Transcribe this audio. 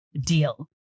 deal